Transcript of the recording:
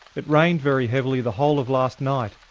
but rained very heavily the whole of last night.